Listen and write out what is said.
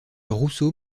rousseau